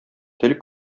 тел